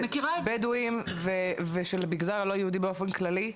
בדואים ושל המגזר הלא יהודי באופן כללי,